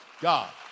God